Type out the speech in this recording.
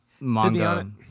manga